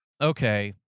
okay